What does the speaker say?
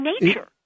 nature